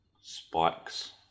spikes